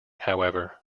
however